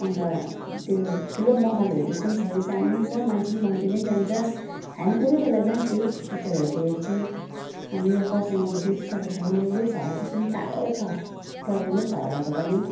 अन्त त्यो ठुलो महलहरू जस्तो पनि छैन सानो नै छ मान्छे पनि कम्ती नै जान्छ हामी कोही कोही बेला जान्छु पिक्चरहरू त हेर्छु हाम्रो यहाँ खरसाङमा त त्यति साह्रो छैन एउटै छ हल छ त्यो पनि टाढो छ प्रब्लमै छ हलहरूको पनि